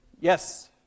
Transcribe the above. Yes